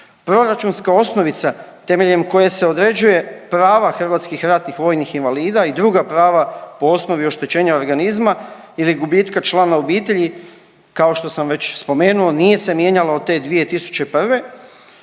Proračunska osnovica temeljem koje se određuje prava HRVI i druga prava po osnovi oštećenja organizma ili gubitka člana obitelji, kao što sam već spomenuo, nije se mijenjala od te 2001.,